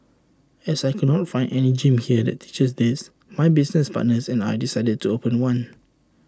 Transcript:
as I could not find any gym here that teaches this my business partners and I decided to open one